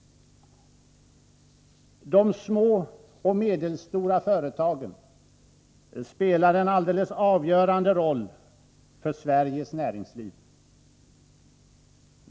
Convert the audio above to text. De små och medelstora företagen spelar en alldeles avgörande roll för Sveriges näringsliv.